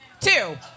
Two